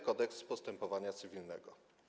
Kodeks postępowania cywilnego.